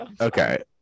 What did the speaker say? Okay